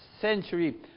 century